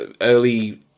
early